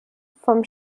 from